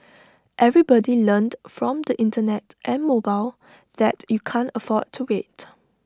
everybody learned from the Internet and mobile that you can't afford to wait